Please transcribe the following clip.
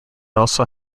also